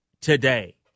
today